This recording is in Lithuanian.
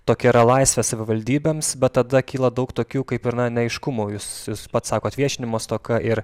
tokia yra laisvė savivaldybėms bet tada kyla daug tokių kaip ir na neaiškumo jūs pats sakote viešinimo stoka ir